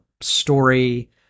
story